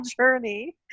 journey